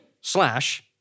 slash